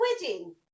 wedding